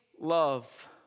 love